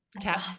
Tap